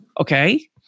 Okay